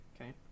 okay